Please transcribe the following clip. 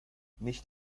nicht